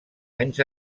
anys